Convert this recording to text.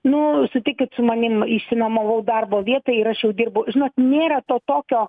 nu sutikit su manim išsinuomavau darbo vietą ir aš jau dirbu žinot nėra to tokio